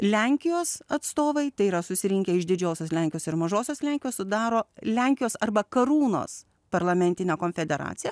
lenkijos atstovai tai yra susirinkę iš didžiosios lenkijos ir mažosios lenkijos sudaro lenkijos arba karūnos parlamentinę konfederaciją